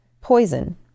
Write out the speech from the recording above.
poison